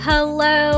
Hello